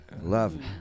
Love